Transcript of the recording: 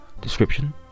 description